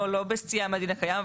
לא בסטייה מהדין הקיים.